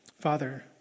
Father